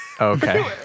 Okay